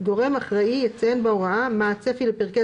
גורם אחראי יציין בהוראה מהו הצפי לפרקי